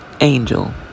Angel